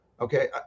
okay